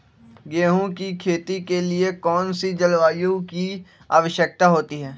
गेंहू की खेती के लिए कौन सी जलवायु की आवश्यकता होती है?